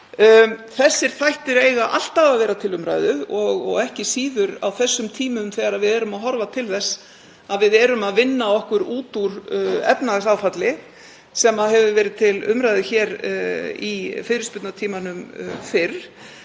Þessir þættir eiga alltaf að vera til umræðu og ekki síður á þessum tímum þegar við erum að horfa til þess að við erum að vinna okkur út úr efnahagsáfalli sem var til umræðu fyrr í fyrirspurnatímanum.